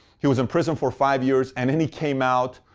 he was in prison for five years and then he came out.